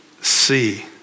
see